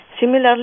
Similarly